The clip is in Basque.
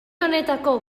honetako